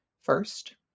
first